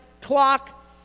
clock